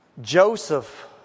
Joseph